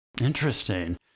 Interesting